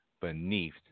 Beneath